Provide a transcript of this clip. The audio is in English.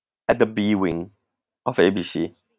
at the B wing of A B C